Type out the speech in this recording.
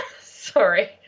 sorry